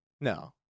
No